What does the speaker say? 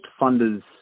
funders